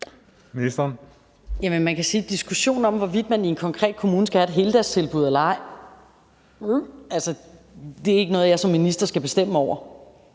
Man kan sige, at i forhold til diskussionen om, hvorvidt man i en konkret kommune skal have et heldagstilbud eller ej, er det ikke noget, jeg som minister skal bestemme, og